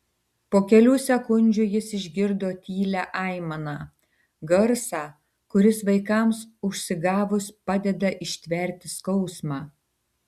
po kelių sekundžių jis išgirdo tylią aimaną garsą kuris vaikams užsigavus padeda ištverti skausmą